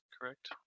Correct